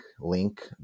link